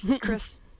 Chris